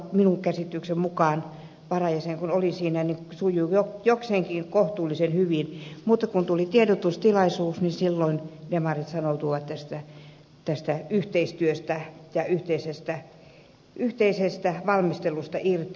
minun käsitykseni mukaan kun olin siinä varajäsen työ sujui jokseenkin kohtuullisen hyvin mutta kun tuli tiedotustilaisuus niin silloin demarit sanoutuivat tästä yhteistyöstä ja yhteisestä valmistelusta irti